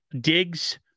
digs